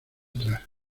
atrás